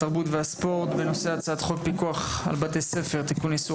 התרבות והספורט בנושא הצעת חוק פיקוח על בתי ספר (תיקון - איסור